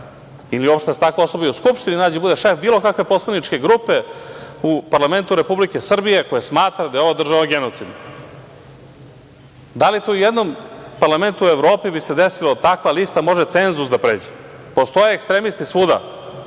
ili uopšte da se takva opština i u Skupštini nađe da bude šef bilo kakve poslaničke grupe u parlamentu Republike Srbije, koja smatra da je ova država genocidna. Da li bi se to i u jednom parlamentu Evrope desilo da takva lista može cenzus da pređe? Postoje ekstremisti svuda.